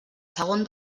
segon